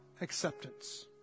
acceptance